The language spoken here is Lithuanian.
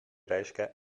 reiškia